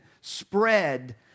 spread